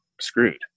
screwed